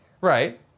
Right